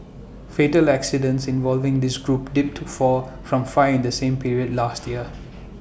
fatal accidents involving this group dipped to four from five in the same period last year